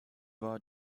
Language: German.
war